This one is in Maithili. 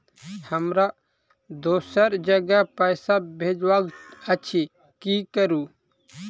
हमरा दोसर जगह पैसा भेजबाक अछि की करू?